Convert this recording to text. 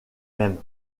mêmes